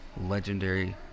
legendary